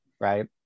Right